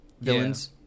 villains